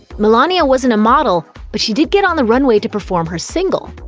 milania wasn't a model, but she did get on the runway to perform her single.